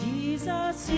Jesus